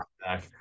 back